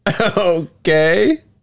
Okay